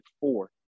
four